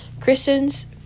Christians